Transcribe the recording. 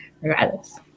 regardless